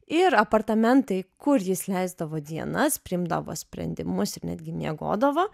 ir apartamentai kur jis leisdavo dienas priimdavo sprendimus ir netgi miegodavo